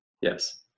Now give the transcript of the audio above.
Yes